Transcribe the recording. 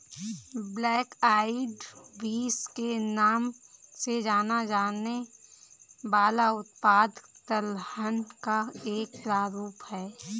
black eyed beans के नाम से जाना जाने वाला उत्पाद दलहन का एक प्रारूप है